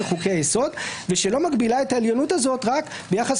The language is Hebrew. חוקי היסוד ושלא מגבילה את העליונות הזאת רק ביחס